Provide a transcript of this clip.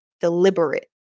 deliberate